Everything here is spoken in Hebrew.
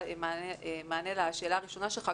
במענה לשאלה הראשונה שלך,